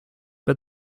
but